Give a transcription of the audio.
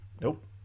Nope